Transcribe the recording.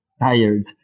tired